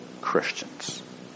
Christians